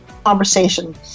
conversation